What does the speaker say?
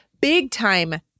big-time